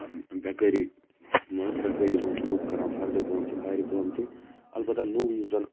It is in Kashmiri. بیٚکٲری مَنٛز بیٚکٲری مَنٛز چھِ لُکھ کَران فَردٕ کٲم تہِ آرِ کٲم تہِ اَلبَتہ نو یُس زَن